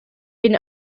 been